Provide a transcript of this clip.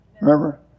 Remember